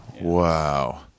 wow